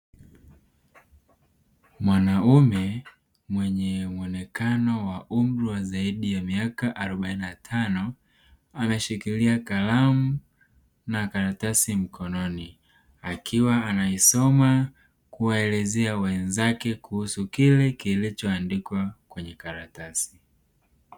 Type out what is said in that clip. Mwanaume mwenye mwonekano wa umri wa zaidi ya miaka arobaini na tano, anashikilia kalamu na karatasi mkononi akiwa anaisoma kuwaelezea wenzake kuhusu kile kilichoandikwa kwenye karatasi.